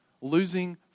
losing